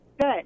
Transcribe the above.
Good